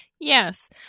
Yes